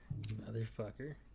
Motherfucker